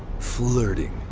flirting.